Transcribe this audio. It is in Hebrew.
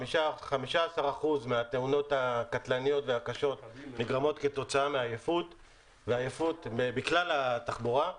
15% מהתאונות הקטלניות והקשות נגרמות כתוצאה מעייפות בכלל התחבורה,